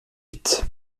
vite